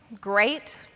great